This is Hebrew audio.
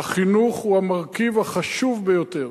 החינוך הוא המרכיב החשוב ביותר,